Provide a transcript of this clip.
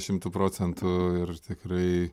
šimtu procentų ir tikrai